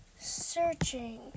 Searching